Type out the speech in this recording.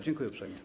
Dziękuję uprzejmie.